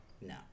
No